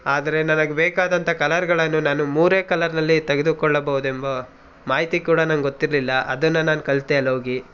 ಆದರೆ ನನಗೆ ಬೇಕಾದಂಥ ಕಲರ್ಗಳನ್ನು ನಾನು ಮೂರೇ ಕಲರ್ನಲ್ಲಿ ತೆಗೆದುಕೊಳ್ಳಬಹುದೆಂದು ಮಾಹಿತಿ ಕೂಡ ನಂಗೆ ಗೊತ್ತಿರಲಿಲ್ಲ ಅದನ್ನು ನಾನು ಕಲಿತೆ ಅಲ್ಲೋಗಿ